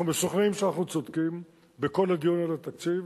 אנחנו משוכנעים שאנחנו צודקים בכל הדיון על התקציב,